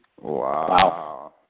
Wow